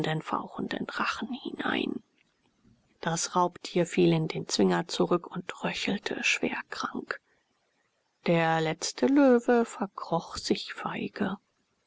fauchenden rachen hinein das raubtier fiel in den zwinger zurück und röchelte schwerkrank der letzte löwe verkroch sich feige